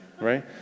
right